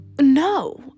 No